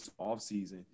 offseason